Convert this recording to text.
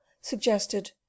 suggested